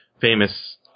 famous